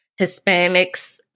Hispanics